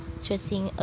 stressing